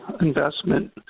investment